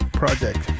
project